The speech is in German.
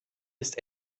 ist